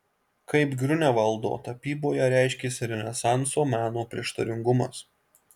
kaip griunevaldo tapyboje reiškėsi renesanso meno prieštaringumas